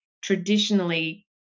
traditionally